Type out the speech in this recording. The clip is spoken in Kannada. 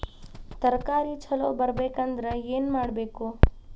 ತರಕಾರಿ ಛಲೋ ಬರ್ಬೆಕ್ ಅಂದ್ರ್ ಏನು ಮಾಡ್ಬೇಕ್?